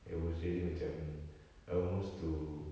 it was really macam almost to